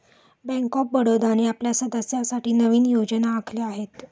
bank of बडोदाने आपल्या सदस्यांसाठी नवीन योजना आखल्या आहेत